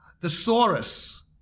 thesaurus